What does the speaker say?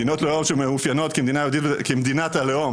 מדינות לאום שמאופיינות כמדינות הלאום